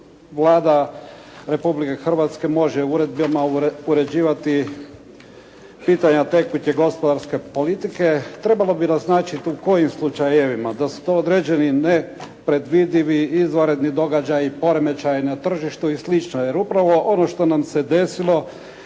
Vlada Republike Hrvatske može uredbama uređivati pitanja tekuće gospodarske politike. Trebalo mi naznačiti u kojim slučajevima, da su to određeni nepredvidivi izvanredni događaji, poremećaju na tržištu i slično jer upravo ono što nam se desilo